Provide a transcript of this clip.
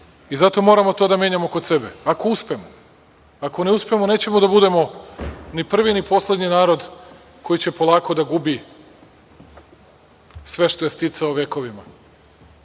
i zato moramo to da menjamo kod sebe, ako uspemo. Ako ne uspemo nećemo da budemo ni prvi ni poslednji narod koji će polako da gubi sve što je sticao vekovima.